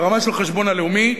ברמה של החשבון הלאומי,